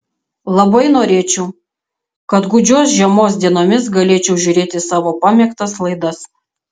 labai norėčiau kad gūdžios žiemos dienomis galėčiau žiūrėti savo pamėgtas laidas